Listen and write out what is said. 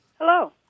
Hello